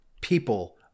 people